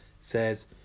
says